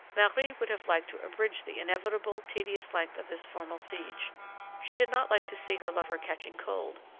marie would have liked to abridge the inevitable tedious length of this formal siege she did not like to see her lover catching cold,